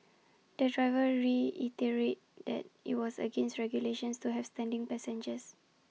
the driver reiterated that IT was against regulations to have standing passengers